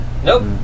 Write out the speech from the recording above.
Nope